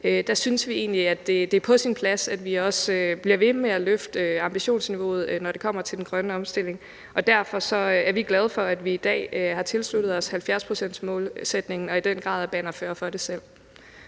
Vi synes egentlig, at det er på sin plads, at vi bliver ved med at løfte ambitionsniveauet, når det kommer til den grønne omstilling. Og derfor er vi glade for, at vi i dag har tilsluttet os 70-procentsmålsætningen og i den grad er bannerfører for den selv.